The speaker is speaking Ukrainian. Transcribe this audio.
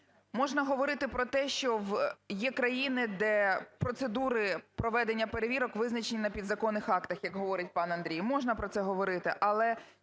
Можна говорити про те, що є країни, де процедури проведення перевірок визначені на підзаконних актах, як говорить пан Андрій, можна про це говорити.